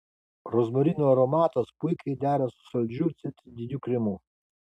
rozmarinų aromatas puikiai dera su saldžiu citrininiu kremu